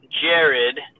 jared